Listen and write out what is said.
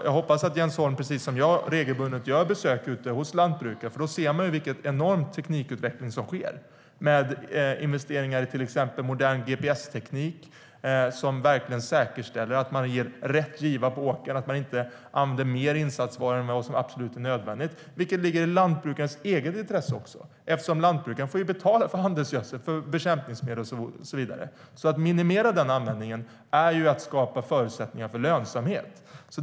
Jag hoppas att Jens Holm precis som jag regelbundet gör besök hos lantbrukare; då ser man vilken enorm teknikutveckling som sker, med investeringar i till exempel modern gps-teknik som verkligen säkerställer att man ger rätt giva på åkern och att man inte använder mer insatsvara än vad som absolut är nödvändigt, vilket också ligger i lantbrukarens eget intresse. Lantbrukaren får ju betala för handelsgödsel, bekämpningsmedel och så vidare. Att minimera den användningen är att skapa förutsättningar för lönsamhet.